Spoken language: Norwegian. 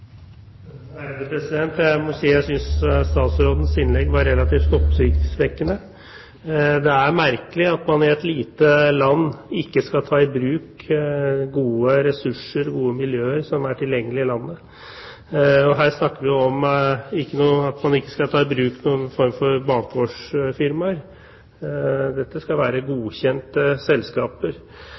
merkelig at man i et lite land ikke skal ta i bruk gode ressurser, gode miljøer, som er tilgjengelig i landet. Her snakker vi ikke om at man skal ta i bruk noen form for bakgårdsfirmaer, dette skal være godkjente selskaper.